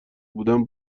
بودم